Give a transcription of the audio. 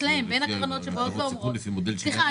בין הקרנות שבאות ואומרות: סליחה,